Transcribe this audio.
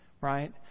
right